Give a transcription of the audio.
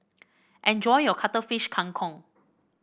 enjoy your Cuttlefish Kang Kong